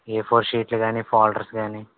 ఏ four షీట్లు గానీ ఫోల్డర్స్ గానీ